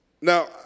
Now